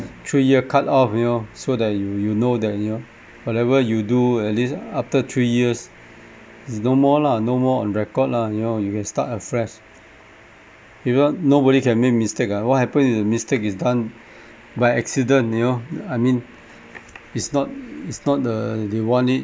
three year cutoff you know so that you you know that you know whatever you do at least after three years is no more lah no more on record lah you know you can start afresh if not nobody can make mistake ah what happened if the mistake is done by accident you know I mean it's not it's not the they want it